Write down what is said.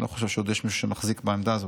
אני לא חושב שעוד יש מישהו שמחזיק בעמדה הזאת,